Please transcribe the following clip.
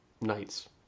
nights